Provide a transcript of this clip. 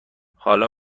حالا